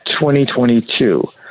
2022